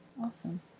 Awesome